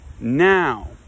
Now